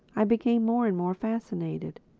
i became more and more fascinated.